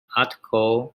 article